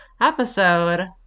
episode